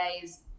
days